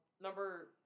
Number